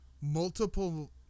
multiple